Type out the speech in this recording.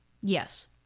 Yes